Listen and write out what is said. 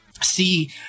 see